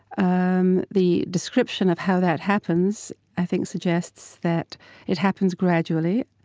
um the description of how that happens i think suggests that it happens gradually,